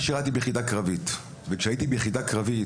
אני שירתי ביחידה קרבית ושהייתי ביחידה קרבית,